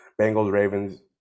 Bengals-Ravens